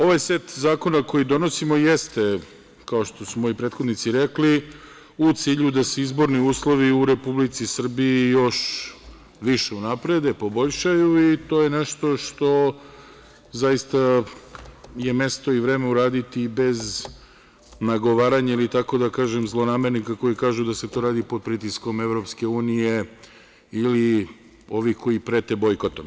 Ovaj set zakona koji donosimo jeste, kao što su moji prethodnici rekli, u cilju da se izborni uslovi u Republici Srbiji još više unaprede, poboljšaju, i to je nešto što zaista je mesto i vreme uraditi i bez nagovaranja ili, da tako kažem, zlonamernika koji kažu da se to radi pod pritiskom EU ili ovih koji prete bojkotom.